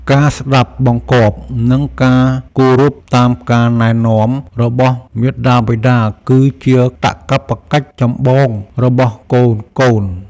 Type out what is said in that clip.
ការស្តាប់បង្គាប់ និងការគោរពតាមការណែនាំរបស់មាតាបិតា គឺជាកាតព្វកិច្ចចម្បងរបស់កូនៗ។